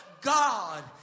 God